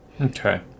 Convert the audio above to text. Okay